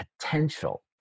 potential